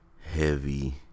heavy